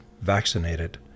vaccinated